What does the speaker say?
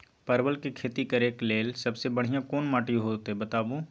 परवल के खेती करेक लैल सबसे बढ़िया कोन माटी होते बताबू?